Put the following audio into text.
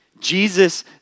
Jesus